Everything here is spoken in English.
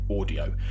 audio